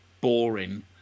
boring